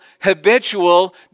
habitual